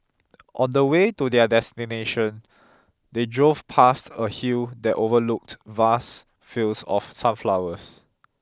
on the way to their destination they drove past a hill that overlooked vast fields of sunflowers